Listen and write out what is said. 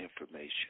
information